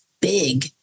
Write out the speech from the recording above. big